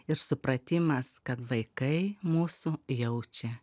ir supratimas kad vaikai mūsų jaučia